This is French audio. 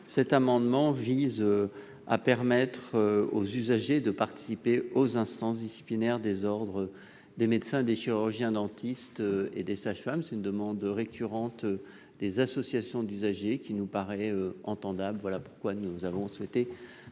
Cet amendement vise à permettre aux usagers de participer aux instances disciplinaires des ordres des médecins, des chirurgiens-dentistes et des sages-femmes. Il s'agit d'une demande récurrente des associations d'usagers, laquelle, nous semble-t-il, peut s'entendre. Nous avons donc souhaité